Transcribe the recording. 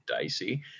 Dicey